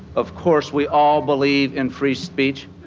of course we all believe in free speech.